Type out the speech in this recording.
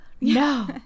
no